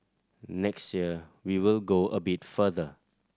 next year we will go a bit further